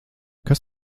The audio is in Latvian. kas